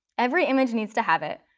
every image needs to have it,